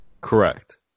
Correct